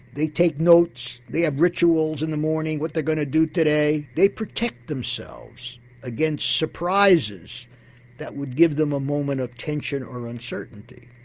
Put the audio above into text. they take notes, they have rituals in the morning, what they're going to do today. they protect themselves against surprises that would give them a moment of tension or uncertainty.